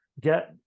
get